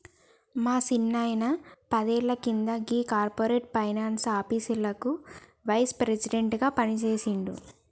మా సిన్నాయిన పదేళ్ల కింద గీ కార్పొరేట్ ఫైనాన్స్ ఆఫీస్లకి వైస్ ప్రెసిడెంట్ గా పనిజేసిండు